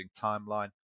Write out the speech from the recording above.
timeline